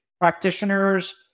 practitioners